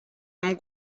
amb